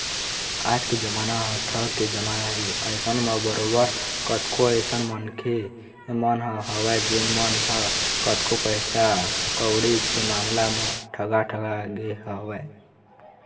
आज के जमाना ह ठग के जमाना हे अइसन म बरोबर कतको अइसन मनखे मन ह हवय जेन मन ह कतको पइसा कउड़ी के मामला म ठगा ठगा गे हवँय